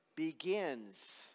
Begins